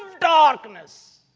darkness